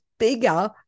bigger